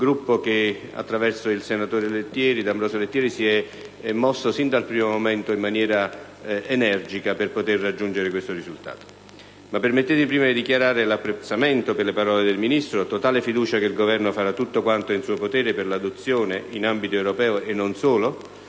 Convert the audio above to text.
Gruppo del PdL, attraverso il senatore D'Ambrosio Lettieri, si è mosso sin dal primo momento in modo energico per poter raggiungere tale risultato. Permettetemi di dichiarare l'apprezzamento per le parole pronunciate dal Ministro e la totale fiducia che il Governo farà tutto quanto è in suo potere per l'adozione in ambito europeo, e non solo,